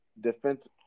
defense